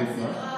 זה לא,